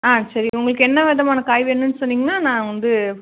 ஆ சரி உங்களுக்கு என்ன விதமான காய் வேணும்னு சொன்னிங்கனால் நான் வந்து